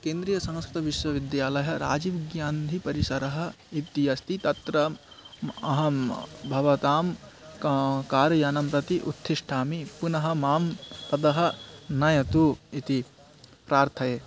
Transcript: केन्द्रीय संस्कृतविश्वविद्यालयः राजीवगान्धी परिसरः इति अस्ति तत्र म् अहं भवतां का कारयानं प्रति उत्तिष्ठामि पुनः माम् ततः नयतु इति प्रार्थये